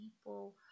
people